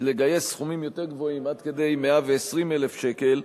לגייס סכומים יותר גבוהים, עד כדי 120,000 שקל,